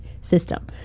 system